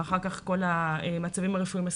ואחר כך כל המצבים הרפואיים הספציפיים.